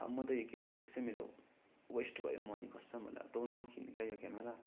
अब म त यो किनेर त्यसै मेरो वेस्ट भयो मनी कसम होला तँ नकिन् क्या क्यामेरा